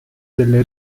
delle